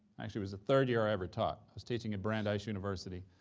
actually was the third year i ever taught. i was teaching at brandeis university,